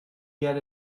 get